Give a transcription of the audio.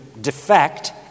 defect